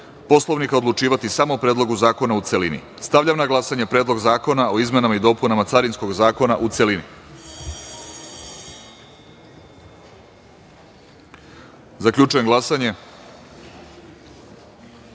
Poslovnika, odlučivati samo o Predlogu zakona u celini. Stavljam na glasanje Predlog zakona o izmenama i dopunama Carinskog zakona, u celini. Zaključujem glasanje: